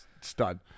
stud